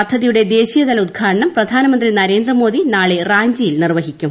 പദ്ധതിയുടെ ദേശീയതല ഉദ്ഘാടനം പ്രധാനമന്ത്രി നീരേന്ദ്രമോദി നാളെ റാഞ്ചിയിൽ നിർവ്വഹിക്കും